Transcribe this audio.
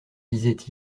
disaient